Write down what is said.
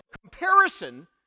comparison